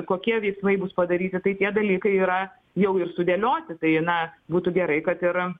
kokie veiksmai bus padaryti tai tie dalykai yra jau ir sudėlioti tai na būtų gerai kad ir